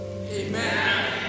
amen